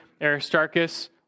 Aristarchus